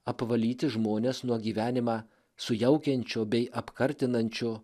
apvalyti žmones nuo gyvenimą sujaukiančio bei apkartinančio